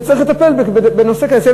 שצריך לטפל בנושא כזה?